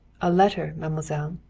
a letter, mademoiselle.